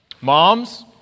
Moms